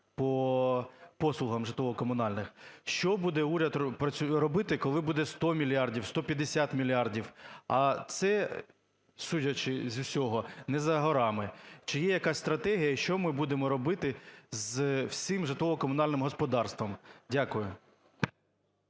по послугам житлово-комунальним. Що буде уряд робити, коли буде сто мільярдів, сто п'ятдесят мільярдів, а це, судячи з усього, не за горами? Чи є якась стратегія, що ми будемо робити з усім житлово-комунальним господарством? Дякую.